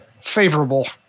favorable